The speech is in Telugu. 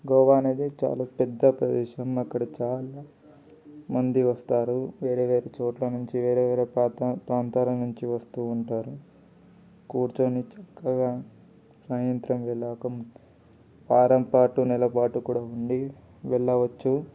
గోవా అనేది చాలా పెద్ద ప్రదేశం అక్కడ చాలా మంది వస్తారు వేరే వేరే చోట్ల నుంచి వేరే వేరే ప్రాంతం ప్రాంతాల నుంచి వస్తూ ఉంటారు కూర్చొని చక్కగా సాయంత్రం వెళ్ళాక వారం పాటు నెలపాటు కూడా ఉండి వెళ్ళవచ్చు